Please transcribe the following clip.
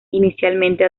inicialmente